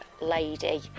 lady